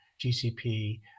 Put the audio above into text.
GCP